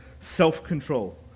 self-control